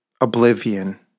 oblivion